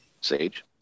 Sage